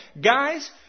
Guys